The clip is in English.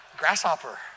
grasshopper